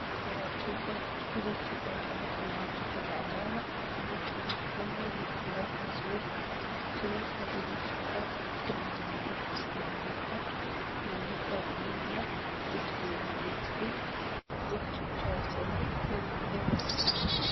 Pewa chupa hili chupa inaonekana ni chupa la dawa vile tunavyo ona limefungwa vizuri, tena kwa hili chupa kuna maandiko zimeandikwa, imeandikwa vitamin D3 50 dose ML